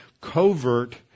covert